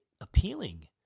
appealing